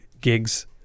gigs